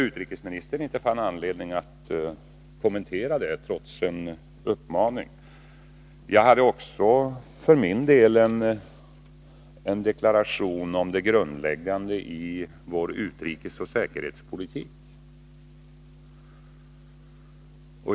Utrikesministern fann inte anledning att kommentera det, trots en uppmaning. Jag gjorde för min del också en deklaration om det grundläggande i vår utrikesoch säkerhetspolitik.